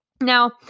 Now